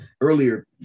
earlier